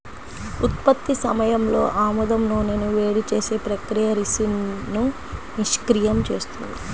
ఉత్పత్తి సమయంలో ఆముదం నూనెను వేడి చేసే ప్రక్రియ రిసిన్ను నిష్క్రియం చేస్తుంది